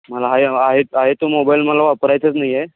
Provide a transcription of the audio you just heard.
मला आहे आहे आहे तो मोबाईल मला वापरायचाच नाही आहे